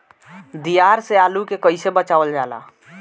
दियार से आलू के कइसे बचावल जाला?